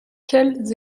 quelles